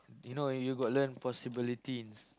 you know you got learn possibility in